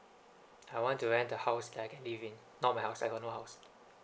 I want to rent the house that I can live in not my house I got no house